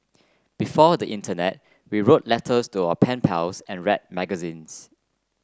before the internet we wrote letters to our pen pals and read magazines